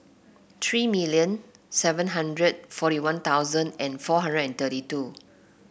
three million seven hundred forty One Thousand and four hundred and thirty two